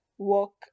walk